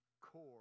core